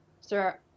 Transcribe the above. Sir